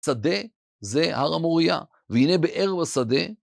שדה זה הר המורייה, והנה באר בשדה.